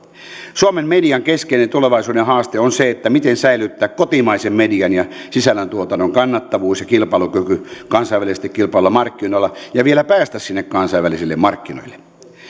suomen median keskeinen tulevaisuuden haaste on se miten säilyttää kotimaisen median ja sisällöntuotannon kannattavuus ja kilpailukyky kansainvälisesti kilpailuilla markkinoilla ja vielä päästä sinne kansainvälisille markkinoille